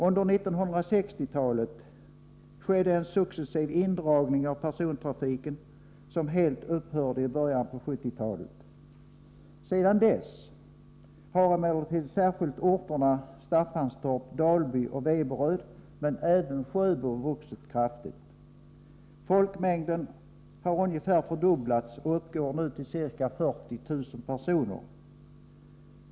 Under 1960-talet skedde en successiv indragning av persontrafiken som helt upphörde i början på 1970-talet. Sedan dess har emellertid särskilt orterna Staffanstorp, Dalby och Veberöd men även Sjöbo vuxit kraftigt. Folkmängden har ungefär fördubblats och uppgår nu till ca 40 000 personer.